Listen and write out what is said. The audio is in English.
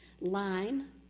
line